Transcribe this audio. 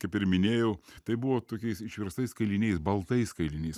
kaip ir minėjau tai buvo tokiais išverstais kailiniais baltais kailiniais